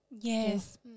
yes